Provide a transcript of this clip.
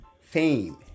fame